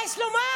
מה יש לומר?